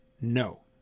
No